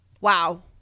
Wow